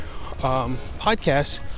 podcasts